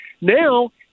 Now